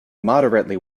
moderately